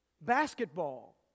basketball